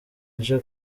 nje